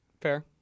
Fair